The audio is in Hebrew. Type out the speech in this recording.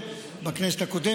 של מי הצעת החוק?